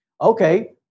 Okay